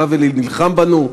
בא ונלחם בנו,